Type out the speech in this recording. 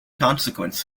consequence